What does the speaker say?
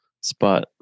spot